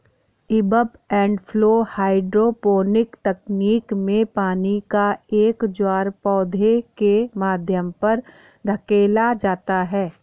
ebb and flow hydroponic तकनीक में पानी का एक ज्वार पौधे के माध्यम पर धकेला जाता है